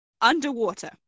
underwater